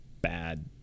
bad